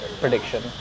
prediction